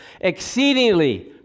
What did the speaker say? exceedingly